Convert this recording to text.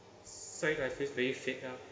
sorry that feel very fake ah